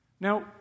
Now